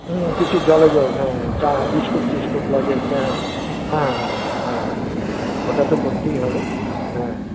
হুম কিছু জলযোগ হ্যাঁ চা বিস্কুট ফিস্কুট লজেন্স হ্যাঁ হ্যাঁ হ্যাঁ হ্যাঁ হ্যাঁ হ্যাঁ ওটা তো করতেই হবে হ্যাঁ